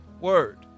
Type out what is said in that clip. word